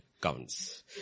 counts